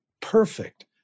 perfect